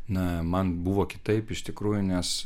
na man buvo kitaip iš tikrųjų nes